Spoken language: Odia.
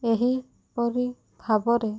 ଏହିପରି ଭାବରେ